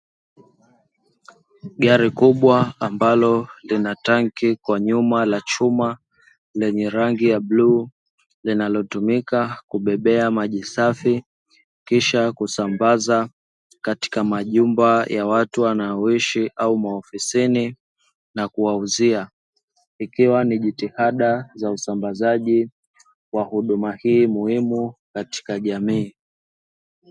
Gari kubwa ambalo lina tanki kwa nyuma la chuma, lenye rangi ya bluu, linalotumika kubebea maji safi kisha kuyasambaza katika majumba ya watu wanaoishi au maofisini, na kuwauzia; ikiwa ni jitihada za usambazaji wa huduma hii muhimu katika jamii.